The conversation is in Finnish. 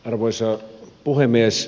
arvoisa puhemies